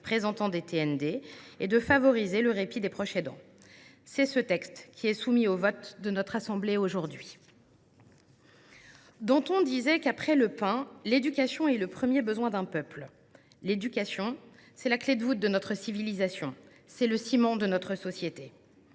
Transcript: présentant des TND et de favoriser le répit des proches aidants. C’est ce texte qui est soumis au vote de notre assemblée aujourd’hui. Danton disait :« Après le pain, l’éducation est le premier besoin d’un peuple. » L’éducation, c’est la clé de voûte de notre civilisation ; c’est le ciment de notre société.